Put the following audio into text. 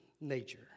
nature